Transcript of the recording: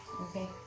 okay